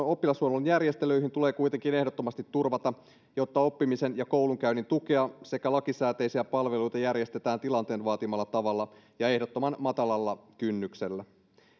oppilashuollon järjestelyihin tulee kuitenkin ehdottomasti turvata jotta oppimisen ja koulunkäynnin tukea sekä lakisääteisiä palveluita järjestetään tilanteen vaatimalla tavalla ja ehdottoman matalalla kynnyksellä